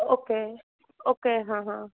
okay okay હા હા